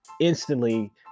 instantly